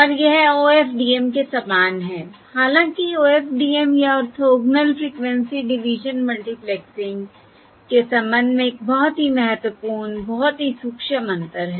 और यह OFDM के समान है हालांकि OFDM या ऑर्थोगोनल फ्रिक्वेंसी डिवीजन मल्टीप्लेक्सिंग के संबंध में एक बहुत ही महत्वपूर्ण बहुत ही सूक्ष्म अंतर है